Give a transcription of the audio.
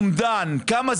אבל תראה,